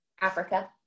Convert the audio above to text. Africa